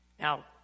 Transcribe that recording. Now